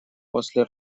после